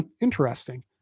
Interesting